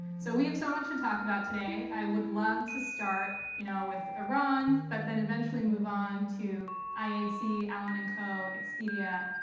so we have so much to talk about today, i would love to start you know with iran but then eventually move on to iac, allen and co, expedia,